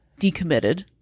decommitted